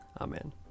Amen